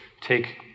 take